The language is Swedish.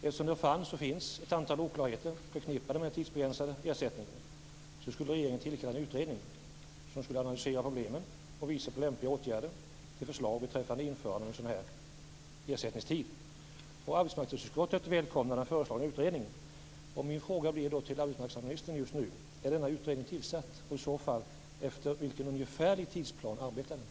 Eftersom det fanns och finns ett antal oklarheter förknippade med den tidsbegränsade ersättningen skulle regeringen tillkalla en utredning som skulle analysera problemen och visa på lämpliga förslag till åtgärder beträffande införande av sådan ersättningstid. Arbetsmarknadsutskottet välkomnar den föreslagna utredningen. Min fråga till arbetsmarknadsministern blir: Är denna utredning tillsatt? I så fall: Efter vilken ungefärlig tidsplan arbetar den?